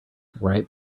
right